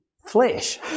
flesh